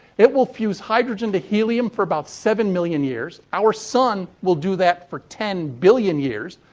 it will fuse hydrogen to helium for about seven million years. our sun will do that for ten billion years.